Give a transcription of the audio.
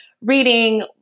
reading